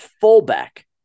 fullback